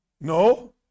No